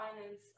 finance